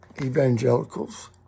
evangelicals